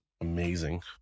amazing